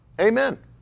Amen